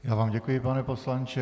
Já vám děkuji, pane poslanče.